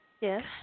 Yes